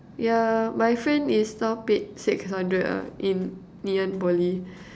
yeah my friend is now paid six hundred ah in Ngee-Ann-Poly